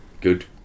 Good